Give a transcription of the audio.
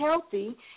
healthy